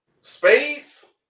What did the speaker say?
spades